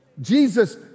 Jesus